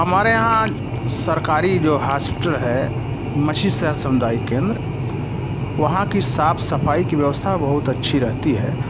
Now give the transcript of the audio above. हमारे यहाँ सरकारी जो हॉस्पिटल है मछली शहर सामुदायिक केंद्र वहाँ कि साफ सफाई की व्यवस्था बहुत अच्छी रहती है